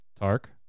Tark